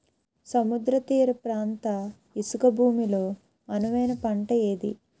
సముద్ర తీర ప్రాంత ఇసుక భూమి లో అనువైన పంట ఏది?